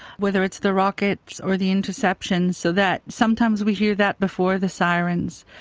whether it's the rockets or the interceptions, so that sometimes we hear that before the sirens.